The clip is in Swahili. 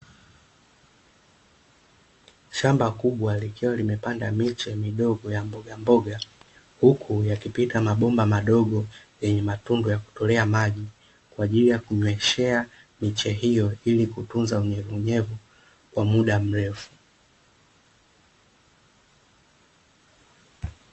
Shamba kubwa likiwa limepandwa miche midogo ya mbogamboga, huku yakipita mabomba madogo yenye matundu ya kutolea maji kwa ajili ya kunyweshea miche hiyo ili kutunza unyevunyevu kwa muda mrefu.